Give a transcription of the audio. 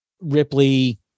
Ripley